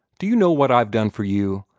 do you know what i've done for you?